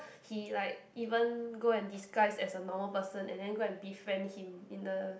he like even go and disguise as a normal person and then go and befriend him in the